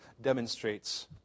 demonstrates